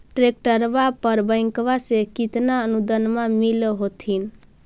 ट्रैक्टरबा पर बैंकबा से कितना अनुदन्मा मिल होत्थिन?